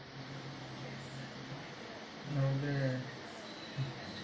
investment performance ರಿಪೋರ್ಟನಿಂದ ಗ್ರಾಹಕರು ಯಾವ ಶೇರುಗಳ ಮೇಲೆ ಹೂಡಿಕೆ ಮಾಡಬೇಕದ ಮಾಹಿತಿ ತಿಳಿದುಕೊಳ್ಳ ಕೊಬೋದು